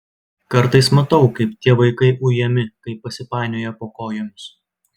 kartais matau kaip tie vaikai ujami kai pasipainioja po kojomis